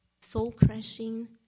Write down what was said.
soul-crushing